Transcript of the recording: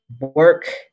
work